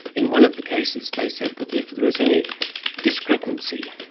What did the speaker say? in one of the cases they said that if there is any discrepancy,